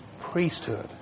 priesthood